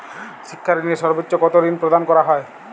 শিক্ষা ঋণে সর্বোচ্চ কতো ঋণ প্রদান করা হয়?